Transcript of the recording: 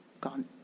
gone